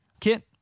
Kit